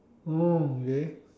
okay